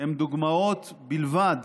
הם דוגמאות בלבד